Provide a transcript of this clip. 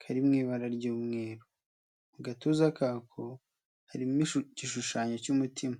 kari mu ibara ry'umweru, agatuza kako, karimo igishushanyo cy'umutima.